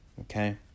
Okay